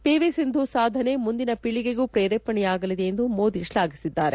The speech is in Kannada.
ಪಿವಿ ಸಿಂಧು ಸಾಧನೆ ಮುಂದಿನ ಪೀಳಿಗೆಗೂ ಪ್ರೇರೇಪಣೆಯಾಗಲಿದೆ ಎಂದು ಮೋದಿ ಶ್ವಾಘಿಸಿದ್ದಾರೆ